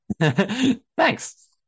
thanks